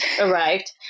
arrived